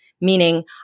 Meaning